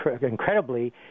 Incredibly